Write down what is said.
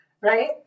right